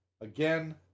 again